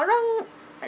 wrong